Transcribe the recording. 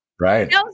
Right